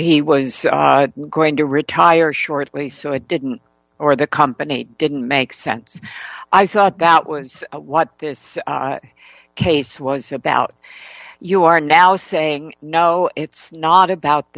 he was going to retire shortly so it didn't or the company didn't make sense i thought that was what this case was about you are now saying no it's not about